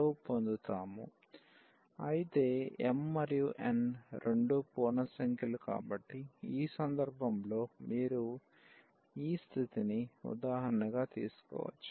అయితే m మరియు n రెండూ పూర్ణ సంఖ్యలు కాబట్టి ఈ సందర్భంలో మీరు ఈ స్థితిని ఉదాహరణగా తీసుకోవచ్చు